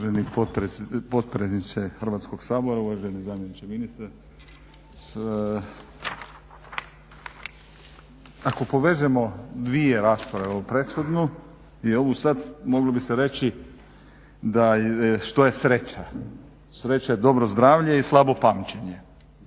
Uvaženi potpredsjedniče Hrvatskoga sabora, uvaženi zamjeniče ministra. Ako povežemo dvije rasprave, ovu prethodnu i ovu sada moglo bi se reći šta je sreća. Sreća je dobro zdravlje i slabo pamćenje.